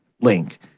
link